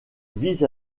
vis